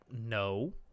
no